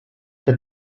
der